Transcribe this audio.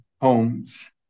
homes